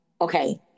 Okay